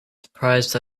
surprised